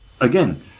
again